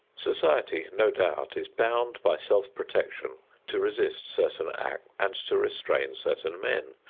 society no doubt is bound by self-protection to resist certain acts and to restrain certain men,